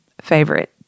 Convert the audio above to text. favorite